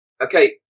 Okay